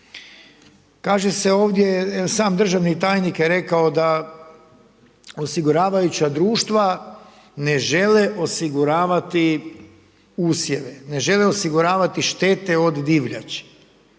Kaže se ovdje, sam državni tajnik je rekao da osiguravajuća društva ne žele osiguravati usjeve, ne žele osiguravati štete od divljači,